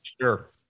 sure